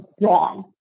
wrong